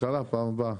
כלכלה בפעם הבאה.